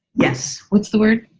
yes. what's the word?